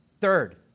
Third